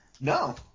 No